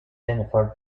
jennifer